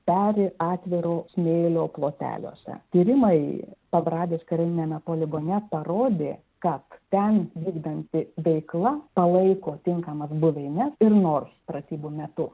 peri atviro smėlio ploteliuose tyrimai pabradės kariniame poligone parodė kad ten vykdanti veikla palaiko tinkamas buveines ir nors pratybų metu